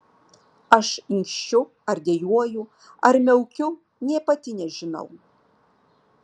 aš inkščiu ar dejuoju ar miaukiu nė pati nežinau